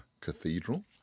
Cathedral